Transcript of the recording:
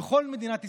בכל מדינת ישראל.